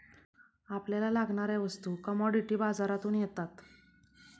आपल्याला लागणाऱ्या वस्तू कमॉडिटी बाजारातून येतात